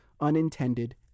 unintended